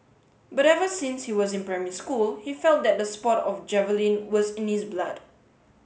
but ever since he was in primary school he felt that the sport of javelin was in his blood